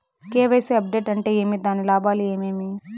KYC update అంటే ఏమి? దాని లాభాలు ఏమేమి?